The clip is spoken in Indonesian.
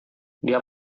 dia